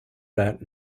that